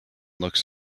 looks